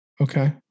Okay